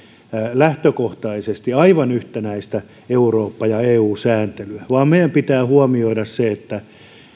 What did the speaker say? lähtökohtaisesti aivan yhtenäistä eurooppa ja eu sääntelyä meidän pitää huomioida se että